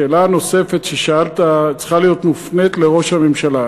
השאלה הנוספת ששאלת צריכה להיות מופנית לראש הממשלה.